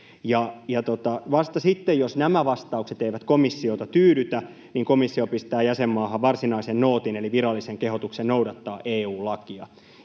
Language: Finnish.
vasta sitten, jos nämä vastaukset eivät komissiota tyydytä, komissio pistää jäsenmaahan varsinaisen nootin eli virallisen kehotuksen noudattaa EU-lakia.